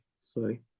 Sorry